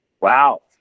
Wow